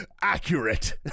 accurate